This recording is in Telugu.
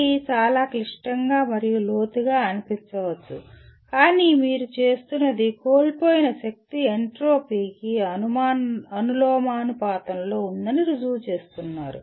ఇది చాలా క్లిష్టంగా మరియు లోతుగా అనిపించవచ్చు కానీ మీరు చేస్తున్నది కోల్పోయిన శక్తి ఎంట్రోపీకి అనులోమానుపాతంలో ఉందని రుజువు చేస్తున్నారు